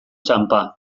txanpa